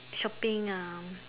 shopping ah